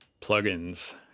Plugins